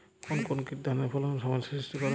কোন কোন কীট ধানের ফলনে সমস্যা সৃষ্টি করে?